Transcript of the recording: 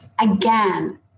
Again